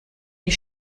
die